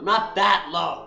not that lo